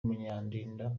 munyandinda